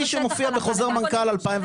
בדיוק, כפי שמופיע בחוזר מנכ"ל 2014,